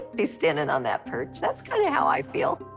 be standing on that perch, that's kinda how i feel.